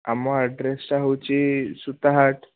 ଆମ ଆଡ଼୍ରେସ୍ଟା ହେଉଛି ସୂତାହାଟ୍